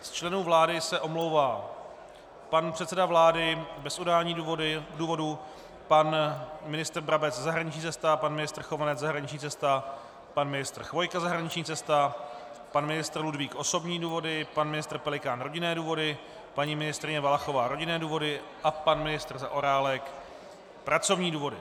Z členů vlády se omlouvá pan předseda vlády bez udání důvodu, pan ministr Brabec zahraniční cesta, pan ministr Chovanec zahraniční cesta, pan ministr Chvojka zahraniční cesta, pan ministr Ludvík osobní důvody, pan ministr Pelikán rodinné důvody, paní ministryně Valachová rodinné důvody a pan ministr Zaorálek pracovní důvody.